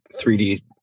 3d